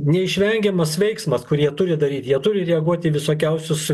neišvengiamas veiksmas kurį jie turi daryt jie turi reaguot į visokiausius